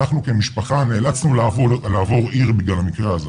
אנחנו כמשפחה נאלצנו לעבור עיר בגלל המקרה הזה,